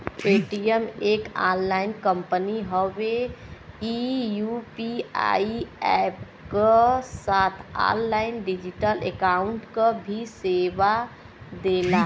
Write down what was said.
Paytm एक online company हउवे ई यू.पी.आई अप्प क साथ ऑनलाइन डिजिटल अकाउंट क भी सेवा देला